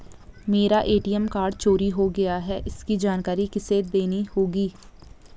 मेरा ATM card चोरी हो गया है इसकी जानकारी किसे देनी होगी?